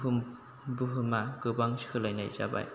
बुहुम बुहुमा गोबां सोलायनाय जाबाय